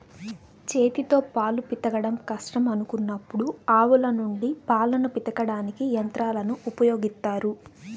చేతితో పాలు పితకడం కష్టం అనుకున్నప్పుడు ఆవుల నుండి పాలను పితకడానికి యంత్రాలను ఉపయోగిత్తారు